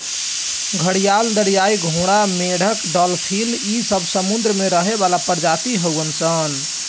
घड़ियाल, दरियाई घोड़ा, मेंढक डालफिन इ सब समुंद्र में रहे वाला प्रजाति हवन सन